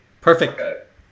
perfect